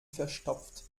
verstopft